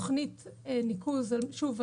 תוכנית ניקוז שוב,